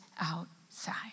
outside